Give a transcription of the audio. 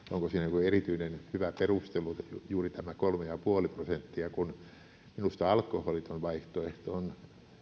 siinä jokin erityisen hyvä perustelu että on juuri tämä kolme pilkku viisi prosenttia minusta alkoholiton vaihtoehto on